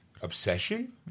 obsession